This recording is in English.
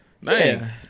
Man